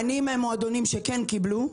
אני מהמועדונים שכן קיבלו.